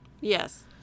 Yes